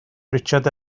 richard